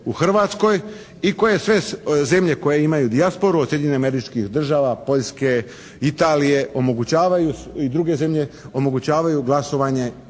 u Hrvatskoj i koje sve zemlje koje imaju dijasporu od Sjedinjenih Američkih Država, Poljske, Italije omogućavaju i druge zemlje omogućavaju glasovanje